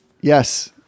Yes